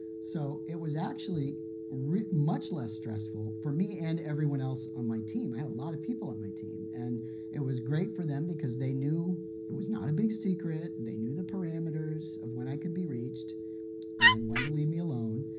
so it was actually and much less stressful, for me and everyone else on my team i had a lot of people on my team. and it was great for them, because they knew it was not a big secret, they knew the parameters of when i could be reached and when to leave me alone.